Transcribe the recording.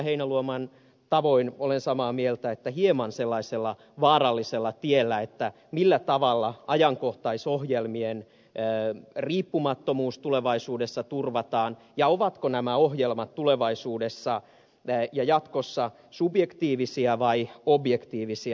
heinäluoman tavoin olen tätä mieltä hieman sellaisella vaarallisella tiellä millä tavalla ajankohtaisohjelmien riippumattomuus tulevaisuudessa turvataan ja ovatko nämä ohjelmat tulevaisuudessa ja jatkossa subjektiivisia vai objektiivisia